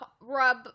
rub